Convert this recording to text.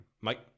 Mike